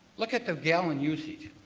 look at the gallon usage.